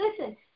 Listen